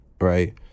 right